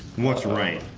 what's right,